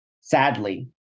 sadly